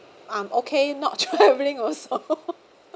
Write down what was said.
I'm okay not traveling also